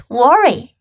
worry